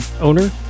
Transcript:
owner